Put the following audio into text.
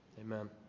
Amen